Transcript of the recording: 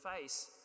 face